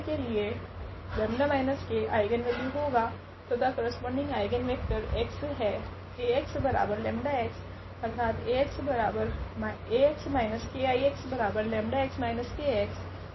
के लिए 𝜆 k eigenvalue होगा तथा करस्पोंडिंग आइगनवेक्टर x है